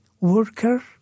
worker